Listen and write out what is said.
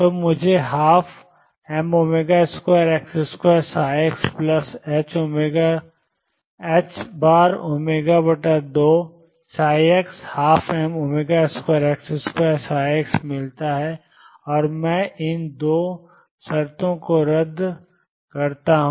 तो मुझे 12m2x2xℏω2x12m2x2 मिलता है और मैं इन 2 शर्तों को रद्द करता हूं